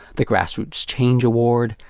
the grassroots change award.